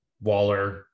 Waller